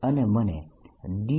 અને મને D2